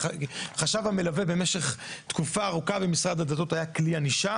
חשב המלווה במשך תקופה ארוכה במשרד הדתות היה כלי ענישה